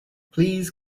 please